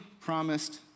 promised